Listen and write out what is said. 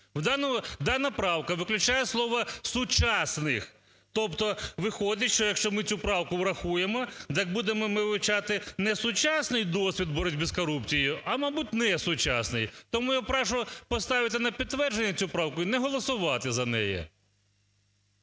Дана правка виключає слово "сучасних", тобто виходить, що якщо ми цю правку врахуємо, так будемо ми вивчати не сучасний досвід боротьби з корупцією, а мабуть, не сучасний. Тому я прошу поставити на підтвердження цю правку і не голосувати за неї.